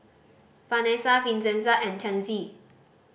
Vanesa Vincenza and Chancey